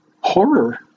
horror